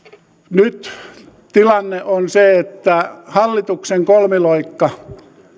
nyt tilanne on se että hallituksen kolmiloikka